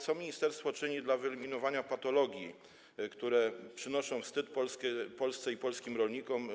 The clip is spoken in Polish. Co ministerstwo czyni w celu wyeliminowania patologii, które przynoszą wstyd Polsce i polskim rolnikom?